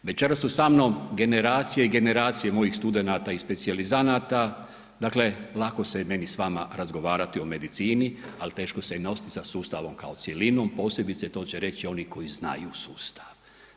Večeras su sa mnom generacije i generacije mojih studenata i specijalizanata, dakle, lako se je meni s vama razgovarati o medicini, ali teško se nositi sa sustavom kao cjelinom, posebice, to će reći oni koji znaju sustav.